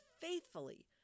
faithfully